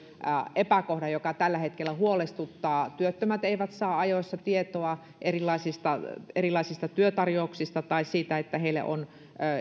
epäkohdan joka tällä hetkellä huolestuttaa työttömät eivät saa ajoissa tietoa erilaisista erilaisista työtarjouksista tai siitä että heille on